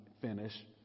finish